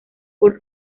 por